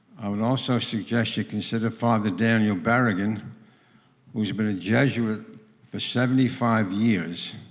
i would also suggest you consider father daniel berrigan who's been a jesuit for seventy five years